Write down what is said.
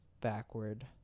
backward